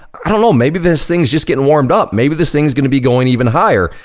i don't know, maybe this thing's just gettin' warmed up. maybe this thing's gonna be going even higher.